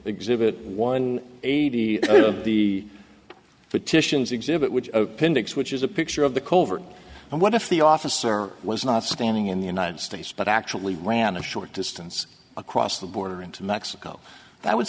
exhibit one eighty eight of the petitions exhibit which appendix which is a picture of the covert and what if the officer was not standing in the united states but actually ran a short distance across the border into mexico that would